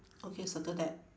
okay circle that